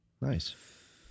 Nice